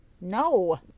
No